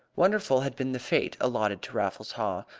wonderful had been the fate allotted to raffles haw,